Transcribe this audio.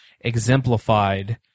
exemplified